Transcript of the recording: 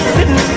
Sitting